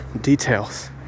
details